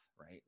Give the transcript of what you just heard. right